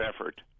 effort